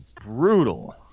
brutal